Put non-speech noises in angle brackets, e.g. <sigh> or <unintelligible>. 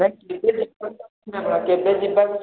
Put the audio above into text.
ନାଇ <unintelligible> କେବେ ଯିବାକୁ ଚାହୁଁଛନ୍ତି